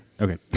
Okay